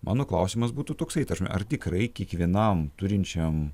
mano klausimas būtų toksai ta prasme ar tikrai kiekvienam turinčiam